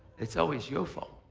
it's always your fault.